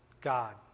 God